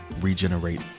regenerate